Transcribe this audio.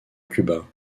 cuba